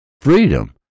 freedom